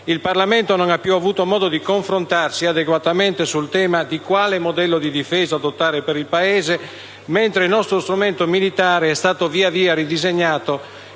il Parlamento non ha più avuto modo di confrontarsi adeguatamente sul tema di quale modello di difesa adottare per il Paese, mentre il nostro strumento militare è stato via via ridisegnato